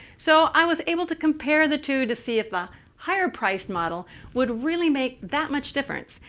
so i was able to compare the two to see if the higher priced model would really make that much difference.